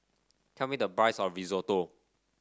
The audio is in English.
tell me the price of Risotto